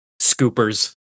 Scoopers